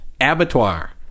Abattoir